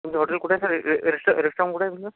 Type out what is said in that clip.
तुमचं हॉटेल कुठयं सर रे रे रेस्टॉ रेस्टॉरंट कुठयं तुमचं